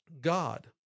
God